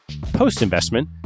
Post-investment